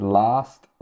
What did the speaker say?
last